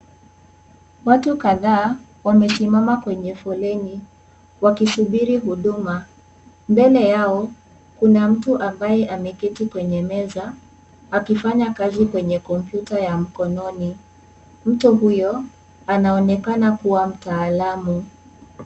Watu kadhaa wamesimama kwenye foleni wakisubiri huduma. Mbele yao kuna mtu ambaye ameketi kwenye meza akifanya kazi kwenye kompyuta ya mkononi. Mtu huyo anaonekana kuwa mtaalamu.